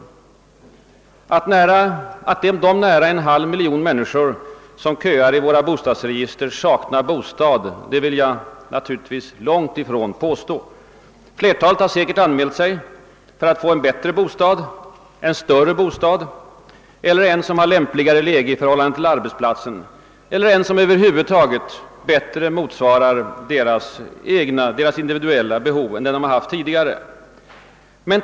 Jag vill naturligtvis inte påstå att de nära en halv miljon människor som köar i våra bostadsregister saknar bostad. Flertalet har säkerligen anmält sig för att få en bättre bostad, en större bostad, en som har lämpligare läge i förhållande till arbetsplatsen eller en som över huvud taget motsvarar deras individuella behov bättre än den de har.